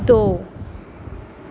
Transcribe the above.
ਦੋ